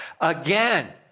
again